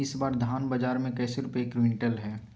इस बार धान बाजार मे कैसे रुपए प्रति क्विंटल है?